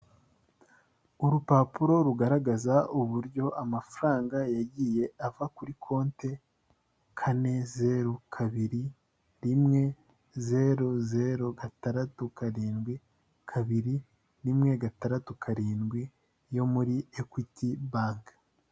Urupapuro rugaragaza uburyo amafaranga yagiye ava kuri konti kane, zeru, kabiri, rimwe, zeru, zeru, gatandatu, karindwi, kabiri, rimwe, gatandatu, karindwi yo muri Equity banki.